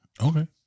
Okay